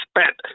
spent